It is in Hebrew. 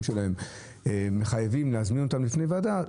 שלהם מחייבים להזמין אותם בפני הוועדה יוזמנו.